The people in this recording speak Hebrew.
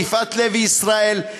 ליפעת לוי ישראל,